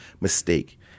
mistake